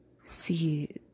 See